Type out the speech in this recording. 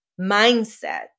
mindset